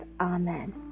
Amen